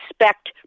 respect